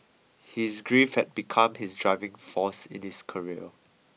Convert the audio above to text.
his grief had become his driving force in his career